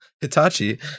hitachi